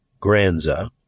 Granza